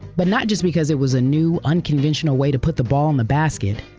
but not just because it was a new unconventional way to put the ball in the basket.